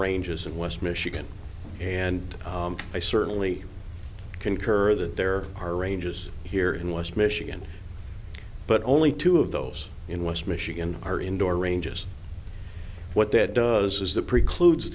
ranges of west michigan and i certainly concur that there are ranges here in west michigan but only two of those in west michigan are indoor ranges what that does is that precludes